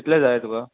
कितले जाय तुका